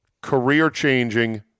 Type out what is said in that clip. career-changing